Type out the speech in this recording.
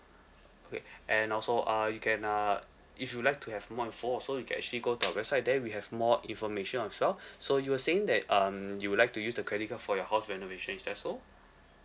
okay and also uh you can uh if you like to have more info also you can actually go to our website there we have more information as well so you were saying that um you would like to use the credit for your house renovation is that so